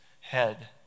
head